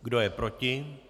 Kdo je proti?